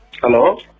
Hello